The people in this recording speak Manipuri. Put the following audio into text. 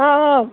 ꯑꯣ ꯑꯣ